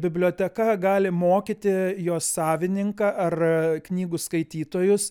biblioteka gali mokyti jos savininką ar knygų skaitytojus